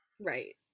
right